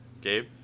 Gabe